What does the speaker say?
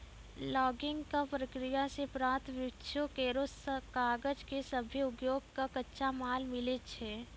logging क प्रक्रिया सें प्राप्त वृक्षो केरो कागज सें सभ्भे उद्योग कॅ कच्चा माल मिलै छै